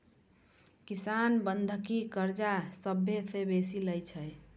किसान बंधकी कर्जा सभ्भे से बेसी लै छै